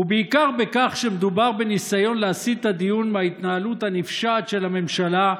ובעיקר בכך שמדובר בניסיון להסיט את הדיון מההתנהלות הנפשעת של הממשלה,